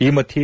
ಈ ಮಧ್ಯೆ